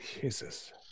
Jesus